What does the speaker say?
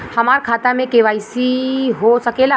हमार खाता में के.वाइ.सी हो सकेला?